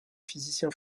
physicien